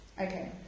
Okay